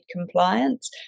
compliance